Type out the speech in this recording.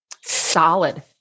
Solid